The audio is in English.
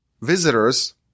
visitors